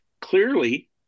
clearly